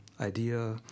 idea